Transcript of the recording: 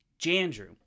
Jandrew